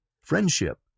friendship